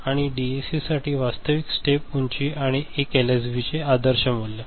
आणि डीएसीसाठी वास्तविक स्टेप उंची आणि 1 एलएसबीचे आदर्श मूल्य